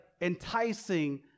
enticing